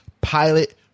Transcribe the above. pilot